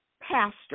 pastor